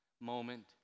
moment